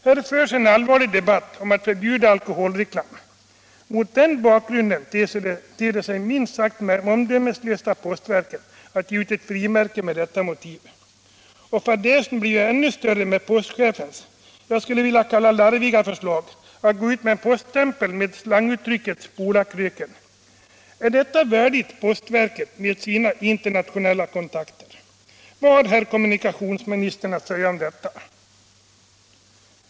Här förs en allvarlig debatt om att förbjuda alkoholreklam. Mot den bakgrunden ter det sig minst sagt omdömeslöst av postverket att ge ut ett frimärke med detta motiv. Och fadäsen blir ju ännu större med postchefens — jag skulle vilja kalla det larviga — förslag att gå ut med en poststämpel med slanguttrycket ”spola kröken”. Är detta värdigt postverket med dess internationella kontakter? Vad har kommunikationsministern att säga om detta?